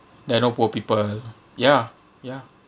then all poor people ya ya